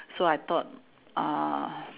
so I thought uh